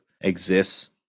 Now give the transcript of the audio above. exists